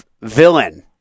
villain